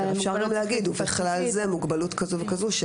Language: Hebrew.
אפשר לומר ובכלל זה מוגבלות כזו וכזו,